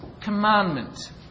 commandment